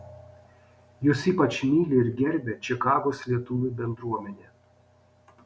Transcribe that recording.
jus ypač myli ir gerbia čikagos lietuvių bendruomenė